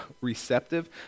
receptive